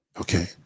Okay